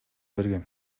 берген